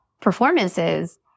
performances